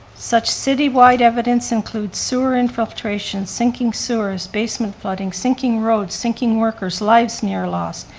such citywide evidence includes sewer infiltration, sinking sewers, basement flooding, sinking roads, sinking workers, lives near lost.